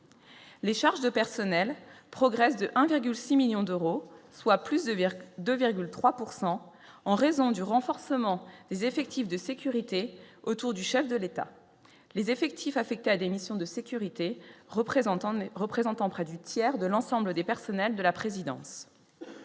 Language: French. les charges de personnel progresse de 1,6 millions d'euros, soit plus 2 2 3 pourcent en raison du renforcement des effectifs de sécurité autour du chef de l'État, les effectifs affectés à des missions de sécurité représentant représentant près du tiers de l'ensemble des personnels de la présidence,